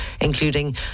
including